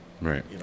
Right